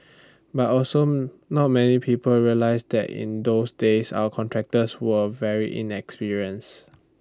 but also not many people realise that in those days our contractors were very inexperienced